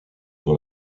dans